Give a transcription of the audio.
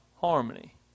harmony